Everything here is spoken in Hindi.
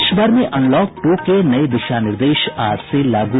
देश भर में अनलॉक टू के नये दिशा निर्देश आज से लागू